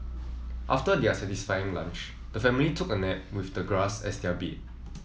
after their satisfying lunch the family took a nap with the grass as their bed